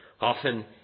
often